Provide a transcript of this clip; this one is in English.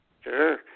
sure